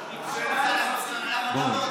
חבר'ה,